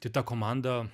tai ta komanda